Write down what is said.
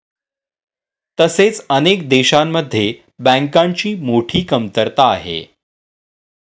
तसेच अनेक देशांमध्ये बँकांची मोठी कमतरता आहे